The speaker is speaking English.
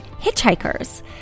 hitchhikers